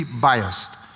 biased